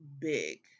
big